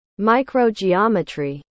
microgeometry